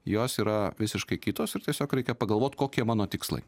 jos yra visiškai kitos ir tiesiog reikia pagalvoti kokie mano tikslai